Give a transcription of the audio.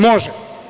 Može.